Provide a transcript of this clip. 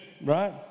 right